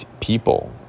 people